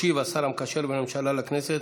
ישיב השר המקשר בין הממשלה לכנסת,